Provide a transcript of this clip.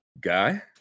guy